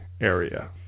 area